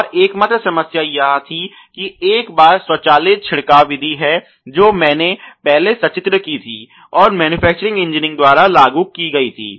और एकमात्र समस्या यह थी कि एक बार एक स्वचालित छिड़काव विधि है जो मैंने पहले सचित्र की थी और मैनुफेक्चुरिंग इंजीनियरिंग द्वारा लागू की गई थी